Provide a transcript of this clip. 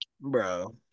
Bro